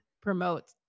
promote